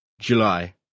July